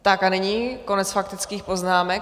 Tak a nyní konec faktických poznámek.